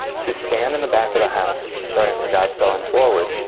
to stand in the back of the house, starting from godspell and forward,